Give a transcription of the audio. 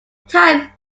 type